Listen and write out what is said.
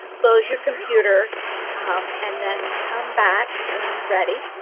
close your computer um and then come back when you're ready.